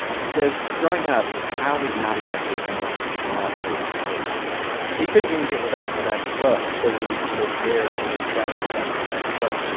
he says, growing up, kyle was not exactly a fan of small, enclosed spaces he couldn't even get in the back of my dad's truck because he would get so scared of being trapped in the back of my dad's truck.